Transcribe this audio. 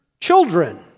children